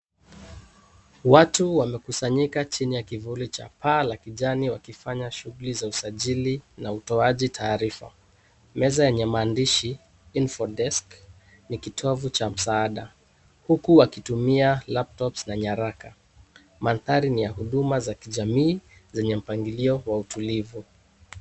Watu wamekusanyika chini ya kivuli cha paa la kijani wakifanya shughuli za usajili na utoaji taarifa. Meza yenye maandishi info desk ni kitovu cha msaada huku wakutumia laptops na nyaraka. Mandhari ni ya huduma za kijamii zenye mpangilio wa utulivu.